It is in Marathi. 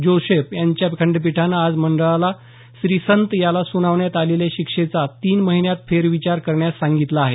जोसेफ यांच्या खंडपीठानं आज मंडळाला श्रीसंत याला सुनावण्यात आलेल्या शिक्षेचा तीन महीन्यात फेरविचार करण्यास सांगितलं आहे